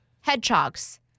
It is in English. Hedgehogs